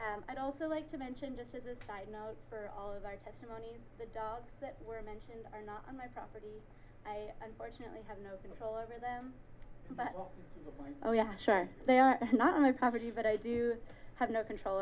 'd also like to mention just as a side note for all of our testimonies the dogs that were mentioned are not on my property i unfortunately have no control over them but when oh yeah sure they are not on their property but i do have no control